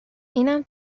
اینم